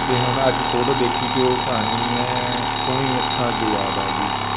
ਅਤੇ ਹੁਣ ਅੱਜ ਫੋਟੋ ਦੇਖੀ ਅਤੇ ਉਹ ਕਹਾਣੀ ਹੈ ਉਵੇਂ ਹੀ ਅੱਖਾਂ ਅੱਗੇ ਯਾਦ ਆ ਗਈ